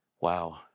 Wow